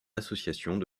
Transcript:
associations